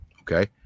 okay